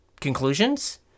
conclusions